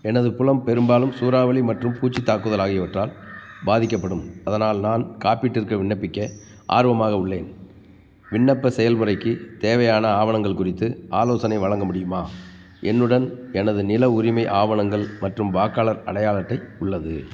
எனது புலம் பெரும்பாலும் சூறாவளி மற்றும் பூச்சி தாக்குதல் ஆகியவற்றால் பாதிக்கப்படும் அதனால் நான் காப்பீட்டிற்கு விண்ணப்பிக்க ஆர்வமாக உள்ளேன் விண்ணப்ப செயல்முறைக்கு தேவையான ஆவணங்கள் குறித்து ஆலோசனை வழங்க முடியுமா என்னுடன் எனது நில உரிமை ஆவணங்கள் மற்றும் வாக்காளர் அடையாள அட்டை உள்ளது